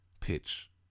pitch